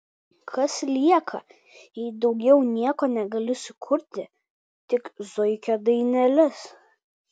kas lieka jei daugiau nieko negali sukurti tik zuikio daineles